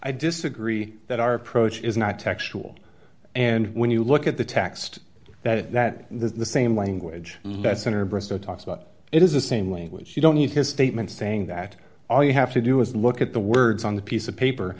i disagree that our approach is not textual and when you look at the text that it that the same language lesson or bristow talks about it is the same language you don't need his statement saying that all you have to do is look at the words on the piece of paper